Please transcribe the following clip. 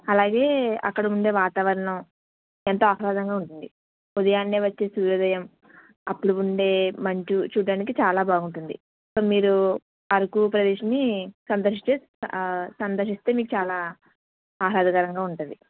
అలాగే అక్కడ ఉండే వాతావరణం ఎంతో ఆహ్లాదంగా ఉంటుంది ఉదయాన్నే వచ్చే సూర్యోదయం అప్పుడు ఉండే మంచు చూడడానికి చాలా బాగుంటుంది మీరు అరకు ప్రదేశాన్ని సందర్శిస్తే సందర్శిస్తే మీకు చాలా ఆహ్లాదకరంగా ఉంటది